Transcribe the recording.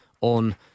on